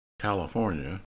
California